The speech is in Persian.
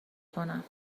کنم